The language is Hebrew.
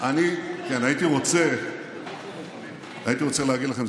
אני הייתי רוצה להגיד לכם,